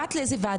מתי יושבת-ראש ועדה